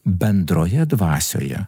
bendroje dvasioje